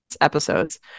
episodes